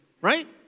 Right